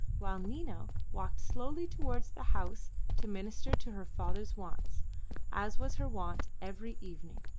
while nina walked slowly towards the house to minister to her father's wants as was her wont every evening.